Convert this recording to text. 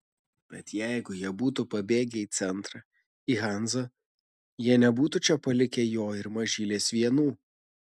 bet jeigu jie būtų pabėgę į centrą į hanzą jie nebūtų čia palikę jo ir mažylės vienų